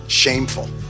shameful